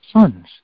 sons